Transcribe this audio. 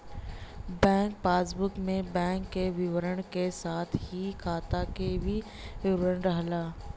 bank passbook में bank क विवरण क साथ ही खाता क भी विवरण रहला